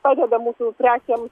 padeda mūsų prekėms